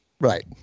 Right